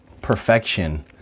perfection